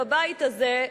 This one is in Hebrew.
בבית הזה,